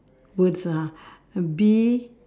words ah B